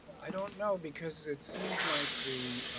i don't know because it seems like the